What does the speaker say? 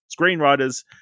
screenwriters